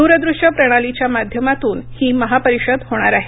द्रदृश्य प्रणालीच्या माध्यमातून ही महापरिषद होणार आहे